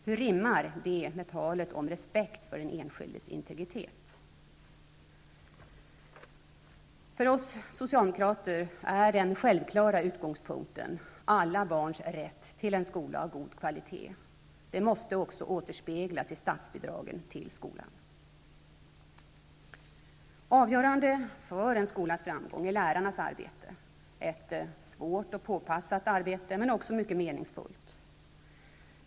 Hur rimmar det med talet om respekt för den enskildes integritet? För oss socialdemokrater är den självklara utgångspunkten: alla barns rätt till en skola av god kvalitet. Det måste också återspeglas i statsbidragen till skolan. Avgörande för en skolas framgång är lärarnas arbete, ett svårt och påpassat men också mycket meningsfullt arbete.